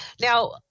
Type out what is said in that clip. now